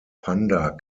panda